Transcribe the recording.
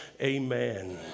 amen